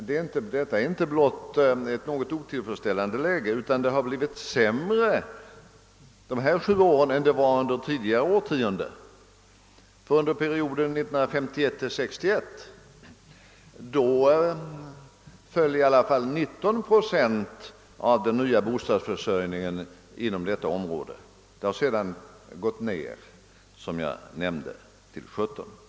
Det är inte endast ett otillfredsställande läge. Det har under de senaste sju åren blivit sämre än det var under tidigare årtionden. Under perioden 1951—1961 föll i alla fall 19 procent av den nya bostadsförsörjningen på detta område. Siffran har sedan sjunkit till 17 procent.